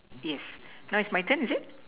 yes now is my turn is it